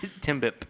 Timbip